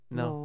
no